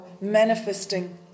manifesting